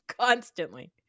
Constantly